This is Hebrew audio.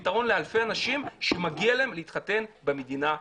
פתרון לאלפי אנשים שמגיע להם להתחתן במדינה שלהם.